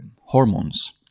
hormones